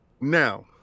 Now